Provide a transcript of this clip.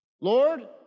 Lord